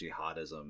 jihadism